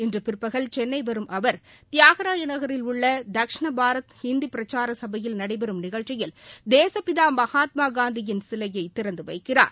இன்று பிற்பகல் சென்னை வரும் அவர் தியாகராயர் நகரில் உள்ள தட்சிண பாரத் ஹிந்தி பிரச்சார சபையில் நடைபெறும் நிகழ்ச்சியில் தேசபிதா மகாத்மா காந்தியின் சிலையை திறந்து வைக்கிறார்